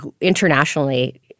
internationally